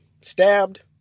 stabbed